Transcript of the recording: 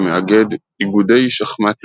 שמאגד איגודי שחמט לאומיים,